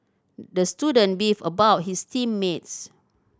the student beefed about his team mates